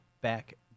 back